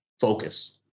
focus